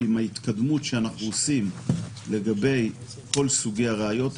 כולל ההתקדמות שאנחנו עושים לגבי ההשוואה בין כל סוגי הראיות,